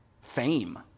fame